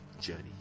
journey